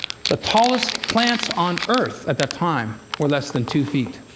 the tallest plants on earth at that time were less than two feet.